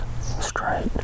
straight